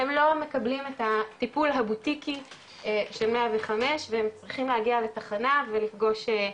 הם לא מקבלים את הטיפול הבוטיקי של 105 והם צריכים להגיע לתחנה ולפגוש,